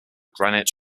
granite